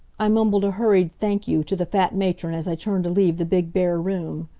i mumbled a hurried thank you, to the fat matron as i turned to leave the big, bare room.